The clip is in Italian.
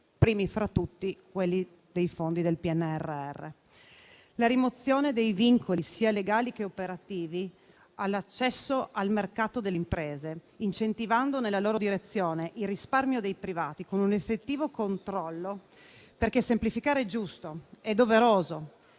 primi fra tutti quelli dei fondi del PNRR. Cito la rimozione dei vincoli, sia legali che operativi, all'accesso al mercato delle imprese, incentivando nella loro direzione il risparmio dei privati, con un effettivo controllo: semplificare è giusto e doveroso,